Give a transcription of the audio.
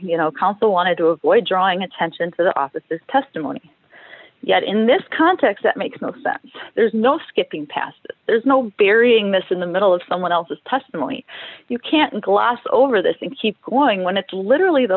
strategy counsel wanted to avoid drawing attention to the office's testimony yet in this context it makes no sense there's no skipping past there's no burying this in the middle of someone else's testimony you can't gloss over this and keep going when it's literally the